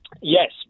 Yes